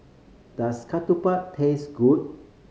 does ketupat taste good